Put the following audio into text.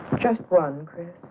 just one.